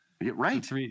Right